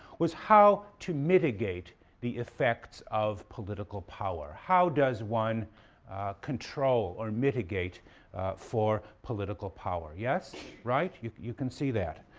was how to mitigate the effects of political power. how does one control or mitigate for political power? yes? right? you you can see that.